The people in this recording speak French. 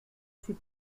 suis